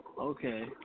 Okay